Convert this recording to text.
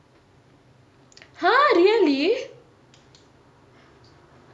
!huh! really